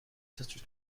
sisters